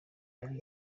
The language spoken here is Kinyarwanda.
yari